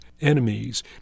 enemies